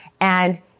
And-